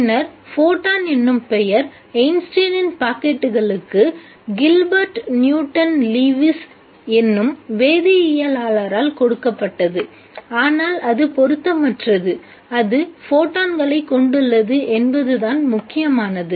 பின்னர் ஃபோட்டான் என்னும் பெயர் ஐன்ஸ்டீனின் பாக்கெட்டுகளுக்கு Einstein's packets Gilbert Newton Lewis என்னும் வேதியியலாளரால் கொடுக்கப்பட்டது ஆனால் அது பொருத்தமற்றது அது ஃபோட்டான்களைக் கொண்டுள்ளது என்பது தான் முக்கியமானது